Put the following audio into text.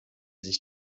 sich